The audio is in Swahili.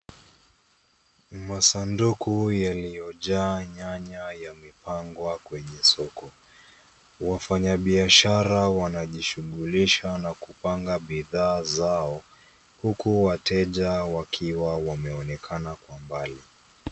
Masanduku yaliyojaa nyanya yamepangwa kwenye soko. Wafanyabiashara wanajishughulisha na kupanga bidhaa zao, huku wateja wakiwa wameonekana kwa mbali.